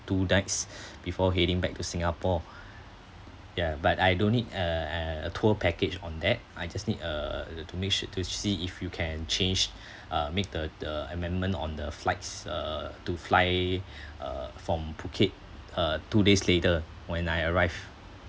two nights before heading back to singapore ya but I don't need uh uh a tour package on that I just need uh to make sure to see if you can change uh make the the amendment on the flights uh to fly uh from phuket uh two days later when I arrive